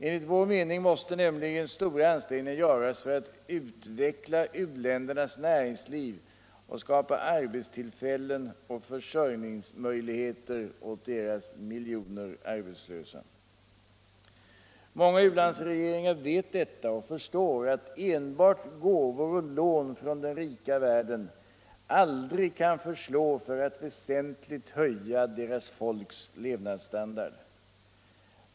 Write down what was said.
Enligt vår mening måste nämligen stora ansträngningar göras för att utveckla u-ländernas näringsliv och skapa arbetstillfällen och försörjningsmöjligheter åt deras miljoner arbetslösa. Många u-landsregeringar vet detta och förstår att enbart gåvor och lån från den rika världen aldrig kan förslå för att väsentligt höja deras folks levnadsstandard.